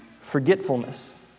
forgetfulness